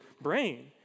brain